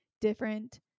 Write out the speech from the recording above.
different